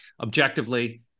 objectively